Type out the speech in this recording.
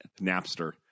Napster